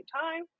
time